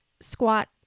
squat